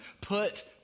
Put